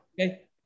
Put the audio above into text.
Okay